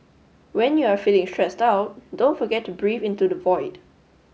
when you are feeling stressed out don't forget to breathe into the void